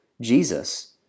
Jesus